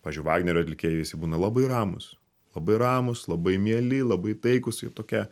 pavyzdžiui vagnerio atlikėjai visi būna labai ramūs labai ramūs labai mieli labai taikūs jie tokie